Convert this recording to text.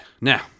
Now